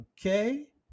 Okay